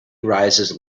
rises